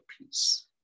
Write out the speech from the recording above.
peace